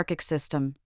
system